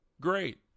Great